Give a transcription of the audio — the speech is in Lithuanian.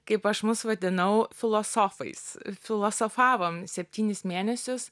kaip aš mus vadinau filosofais filosofavom septynis mėnesius